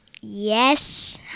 Yes